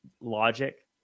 logic